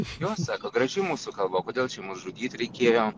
jo sako graži mūsų kalba o kodėl čia mus žudyt reikėjo